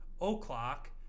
O'Clock